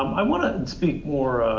i want to and speak more